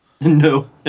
No